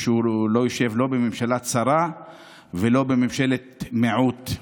ושהוא לא ישב לא בממשלה צרה ולא בממשלת מיעוט.